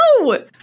No